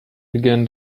began